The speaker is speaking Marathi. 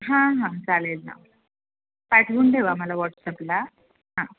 हां हां चालेल ना पाठवून ठेवा मला वॉट्सअपला हां